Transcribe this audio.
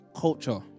Culture